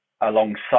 alongside